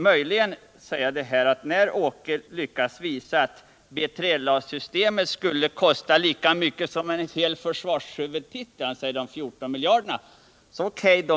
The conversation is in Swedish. Åke Gustavsson säger att B3LA systemet skulle kosta lika mycket som en hel försvarshuvudtitel, alltså 14 miljarder. O.K. då.